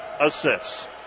assists